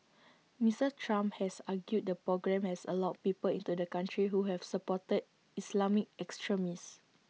Mister Trump has argued the programme has allowed people into the country who have supported Islamic extremists